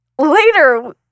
later